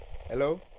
Hello